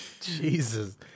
jesus